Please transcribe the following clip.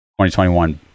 2021